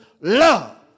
love